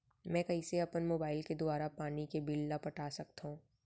मैं कइसे अपन मोबाइल के दुवारा पानी के बिल ल पटा सकथव?